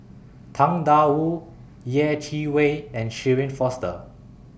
Tang DA Wu Yeh Chi Wei and Shirin Fozdar